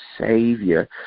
Savior